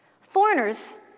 Foreigners